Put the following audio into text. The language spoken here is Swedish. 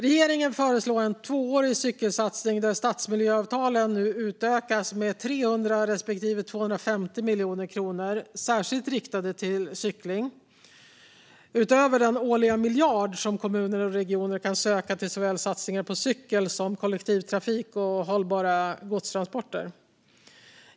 Regeringen föreslår en tvåårig cykelsatsning där stadsmiljöavtalen utökas med 300 miljoner respektive 250 miljoner kronor särskilt riktade till cykling - detta utöver den årliga miljard som kommuner och regioner kan söka för såväl satsningar på cykel som satsningar på kollektivtrafik och hållbara godstransporter.